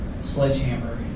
sledgehammer